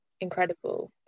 incredible